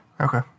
Okay